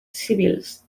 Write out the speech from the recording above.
civils